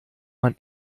man